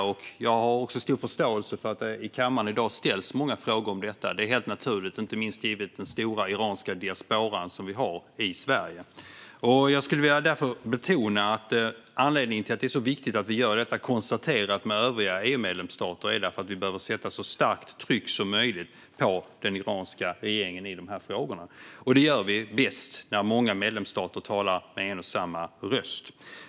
och jag har stor förståelse för att det i kammaren i dag ställs många frågor om detta. Det är helt naturligt, inte minst givet den stora iranska diasporan som vi har i Sverige. Jag skulle därför vilja betona att anledningen till att det är så viktigt att vi gör detta konserterat tillsammans med övriga EU-medlemsstater är att vi behöver sätta så starkt tryck som möjligt på den iranska regeringen i de här frågorna. Det gör vi bäst när många medlemsstater talar med en och samma röst.